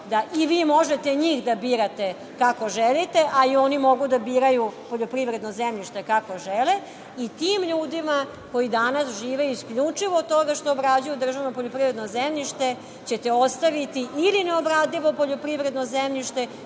da i vi možete njih da birate kako želite, a i oni mogu da biraju poljoprivredno zemljište kako žele. Tim ljudima koji danas žive isključivo od toga što obrađuju državno poljoprivredno zemljište ćete ostaviti ili neobradivo poljoprivredno zemljište